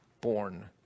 born